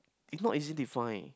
it not easy defined